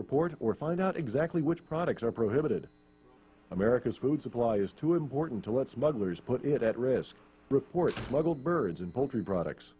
report or find out exactly which products are prohibited america's food supply is too important to let smugglers put it at risk reports little birds and poultry products